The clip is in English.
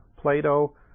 Plato